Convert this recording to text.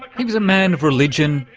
he was a man of religion,